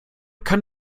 kann